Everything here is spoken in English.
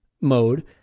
mode